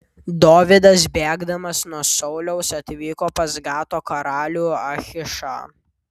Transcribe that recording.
dovydas bėgdamas nuo sauliaus atvyko pas gato karalių achišą